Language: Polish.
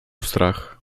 strach